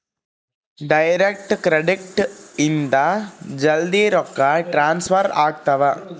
direct credit ಇಂದ ಜಲ್ದೀ ರೊಕ್ಕ ಟ್ರಾನ್ಸ್ಫರ್ ಆಗ್ತಾವ